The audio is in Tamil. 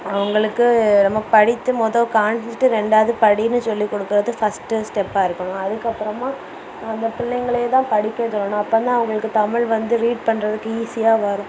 அவங்களுக்கு நம்ம படித்து முதோ காண்பிச்சிட்டு ரெண்டாவது படின்னு சொல்லிக்கொடுக்குறது ஃபஸ்ட்டு ஸ்டெப்பாக இருக்கணும் அதுக்கப்புறமா அந்த பிள்ளைங்களே தான் படிக்க சொல்லணும் அப்போதான் அவங்களுக்கு தமிழ் வந்து ரீட் பண்ணுறதுக்கு ஈஸியாக வரும்